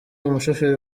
umushoferi